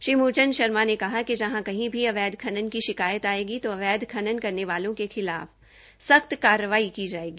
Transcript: श्री मूल चंद शर्मा ने कहा कि जहां की भी अवैध खनन की शिकायत आयेगी तो अवैध खान करने वालों के खिलाफ कार्रवाई की जायेगी